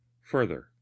further